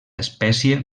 espècie